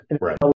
right